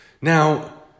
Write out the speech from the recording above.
Now